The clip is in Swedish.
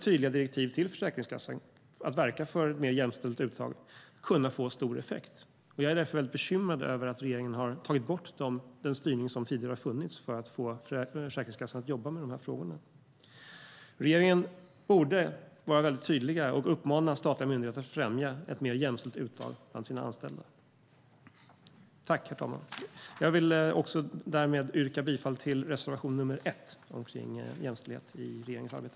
Tydliga direktiv till Försäkringskassan att verka för ett mer jämställt uttag skulle kunna få stor effekt. Jag är därför bekymrad över att regeringen har tagit bort den styrning som tidigare har funnits för att få Försäkringskassan att jobba med dessa frågor. Regeringen borde vara tydlig och uppmana statliga myndigheter att främja ett mer jämställt uttag bland sina anställda. Jag yrkar därmed bifall till reservation nr 1 om jämställdheten i regeringens arbete.